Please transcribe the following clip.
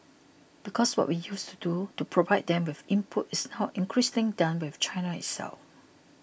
because what we used to do to provide them with inputs is now increasingly done within China itself